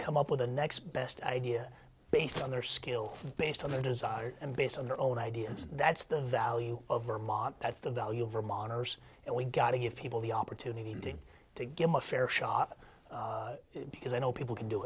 up with the next best idea based on their skill based on their desires and based on their own ideas that's the value of vermont that's the value of vermonters and we've got to give people the opportunity to get a fair shot because i know people can do